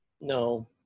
No